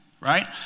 Right